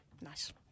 Nice